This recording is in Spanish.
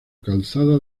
calzada